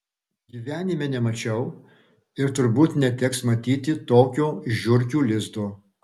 gyvenime nemačiau ir turbūt neteks matyti tokio žiurkių lizdo